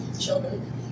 children